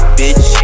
bitch